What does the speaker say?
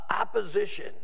opposition